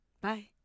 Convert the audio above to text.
bye